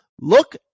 Look